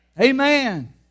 Amen